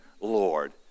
Lord